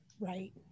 right